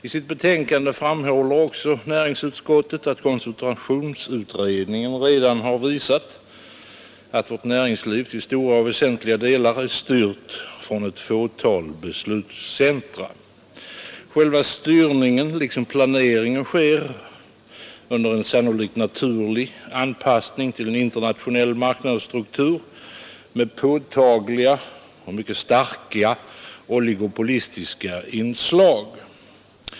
I sitt betänkande framhåller också näringsutskottet, att koncentrationsutredningen redan har visat att vårt näringsliv till stora och väsentliga delar är styrt från ett fåtal beslutscentra. Själva styrningen liksom planeringen sker under en, sannolikt naturlig, anpassning till en internationell marknadsstruktur med påtagliga och mycket starka oligopolistiska inslag.